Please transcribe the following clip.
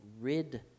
rid